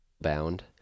bound